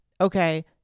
okay